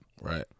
Right